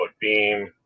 beam